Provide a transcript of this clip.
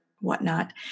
whatnot